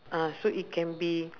ah so it can be